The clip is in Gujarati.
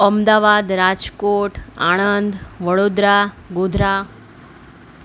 અમદાવાદ રાજકોટ આણંદ વડોદરા ગોધરા